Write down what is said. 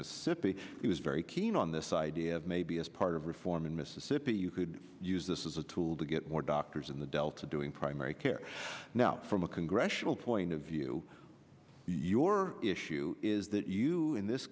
mississippi he was very keen on this idea of maybe as part of reform in mississippi you could use this as a tool to get more doctors in the delta doing primary care now from a congressional point of view your issue is that you in this